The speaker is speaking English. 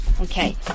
Okay